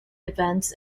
events